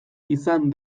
izan